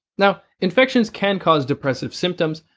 now, infections can cause depressive symptoms,